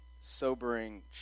sobering